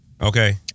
Okay